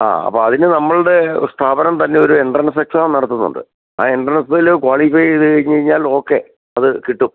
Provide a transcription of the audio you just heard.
ആ അപ്പം അതിന് നമ്മളുടെ സ്ഥാപനം തന്നെ ഒരു എൻട്രൻസ് എക്സാം നടത്തുന്നുണ്ട് ആ എൻട്രൻസിൽ ക്വാളിഫൈ ചെയ്ത് കഴിഞ്ഞ് കഴിഞ്ഞാൽ ഓക്കെ അത് കിട്ടും